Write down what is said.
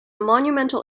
monumental